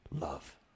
love